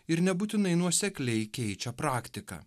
ir nebūtinai nuosekliai keičia praktiką